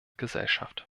gesellschaft